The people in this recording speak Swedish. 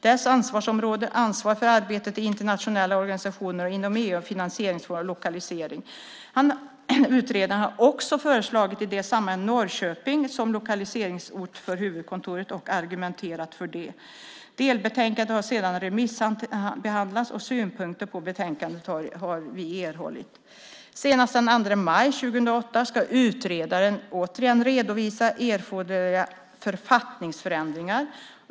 Dess ansvarsområde är arbetet inom internationella organisationer och EU, finansieringsformer och lokalisering. Utredaren har också i det sammanhanget föreslagit Norrköping som lokaliseringsort för huvudkontoret och argumenterat för det. Delbetänkandet har sedan remissbehandlats, och vi har erhållit synpunkter på betänkandet. Senast den 2 maj 2008 ska utredaren återigen redovisa erforderliga författningsförändringar.